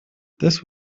this